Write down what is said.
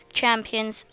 champions